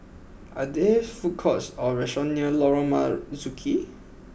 are there food courts or restaurants near Lorong Marzuki